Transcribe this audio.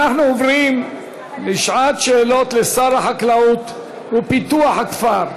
אנחנו עוברים לשעת שאלות לשר החקלאות ופיתוח הכפר.